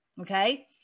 okay